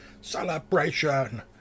celebration